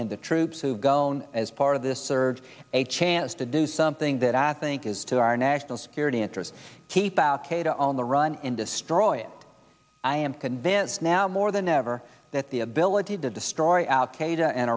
and the troops who've grown as part of this surge a chance to do something that i think is to our national security interest on the run and destroy it i am convinced now more than ever that the ability to destroy al